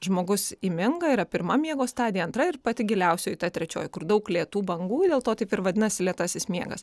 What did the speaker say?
žmogus įminga yra pirma miego stadija antra ir pati giliausioji ta trečioji kur daug lėtų bangų dėl to taip ir vadinasi lėtasis miegas